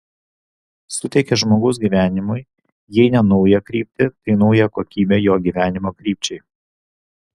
suteikia žmogaus gyvenimui jei ne naują kryptį tai naują kokybę jo gyvenimo krypčiai